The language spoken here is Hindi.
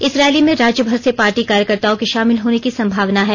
इस रैली में राज्य भर से पार्टी कार्यकर्ताओं के शामिल होने की संभावना है